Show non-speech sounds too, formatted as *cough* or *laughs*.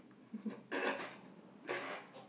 *laughs*